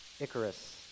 Icarus